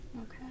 Okay